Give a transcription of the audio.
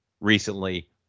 recently